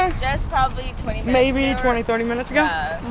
and just probably twenty, maybe twenty, thirty minutes ago.